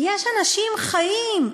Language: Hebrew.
יש אנשים חיים,